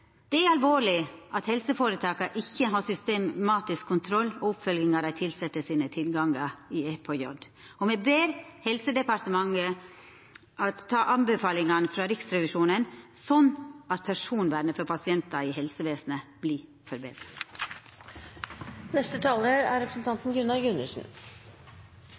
Det er alvorleg at helseføretaka ikkje har systematisk kontroll og oppfølging av dei tilsette sine tilgangar i EPJ, og me ber Helse- og omsorgsdepartementet ta anbefalingane frå Riksrevisjonen, slik at personvernet for pasientar i helsevesenet vert forbetra. Jeg hadde lyst til å ta ordet for